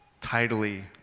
Tidily